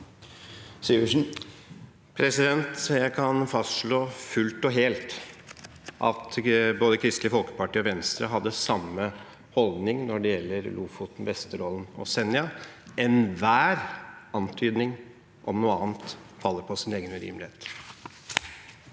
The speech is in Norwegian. Jeg kan fastslå fullt og helt at både Kristelig Folkeparti og Venstre hadde samme holdning når det gjelder Lofoten, Vesterålen og Senja. Enhver antydning om noe annet faller på sin egen urimelighet.